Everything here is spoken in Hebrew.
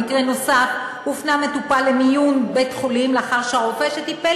במקרה נוסף הופנה מטופל למיון בבית-חולים לאחר שהרופא שטיפל